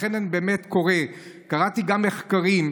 לכן אני קורא, קראתי גם מחקרים,